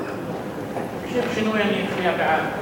לשם שינוי, אני אצביע בעד.